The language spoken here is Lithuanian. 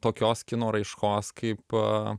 tokios kino raiškos kaip a